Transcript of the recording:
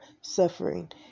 suffering